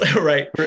Right